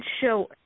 show